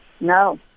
no